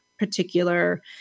particular